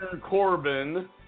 Corbin